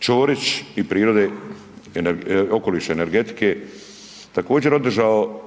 Ćorić i prirode, okoliša i energetike također održao